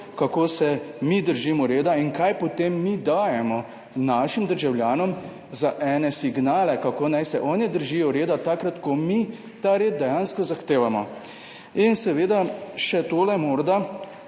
kako se mi držimo reda in kakšne potem mi dajemo našim državljanom signale, kako naj se oni držijo reda, takrat ko mi ta red dejansko zahtevamo. Še tole morda.